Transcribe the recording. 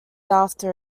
after